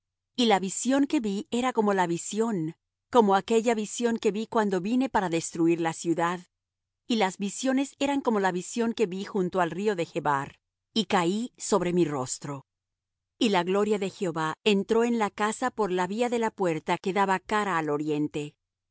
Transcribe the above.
y la visión que vi era como la visión como aquella visión que vi cuando vine para destruir la ciudad y las visiones eran como la visión que vi junto al río de chebar y caí sobre mi rostro y la gloria de jehová entró en la casa por la vía de la puerta que daba cara al oriente